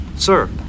Sir